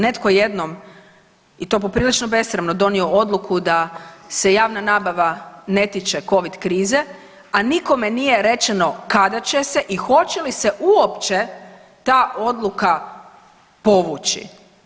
Netko je jednom i to poprilično besramno donio odluku da se javna nabava ne tiče Covid krize, a nikome nije rečeno kada će se i hoće li se uopće ta odluka povući.